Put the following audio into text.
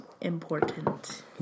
important